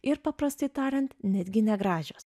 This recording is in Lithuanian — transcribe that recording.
ir paprastai tariant netgi negražios